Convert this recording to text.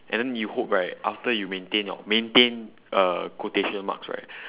and then you hope right after you maintain your maintain uh quotation marks right